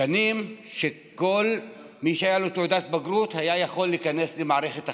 בשנים שכל מי שהייתה לו תעודת בגרות היה יכול להיכנס למערכת החינוך,